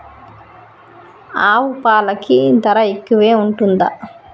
ఆవు పాలకి ధర ఎక్కువే ఉంటదా?